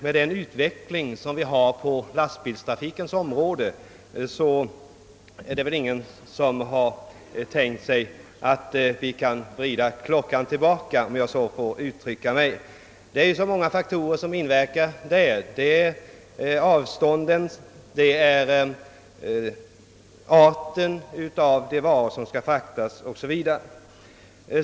Med den utveckling vi har på lastbilstrafikens område är det väl inte någon som tänkt att vi kan vrida klockan tillbaka, om jag får använda det uttrycket. Det är så många faktorer som inverkar vid valet av transportsätt: avstånden, arten av varor som skall fraktas osv.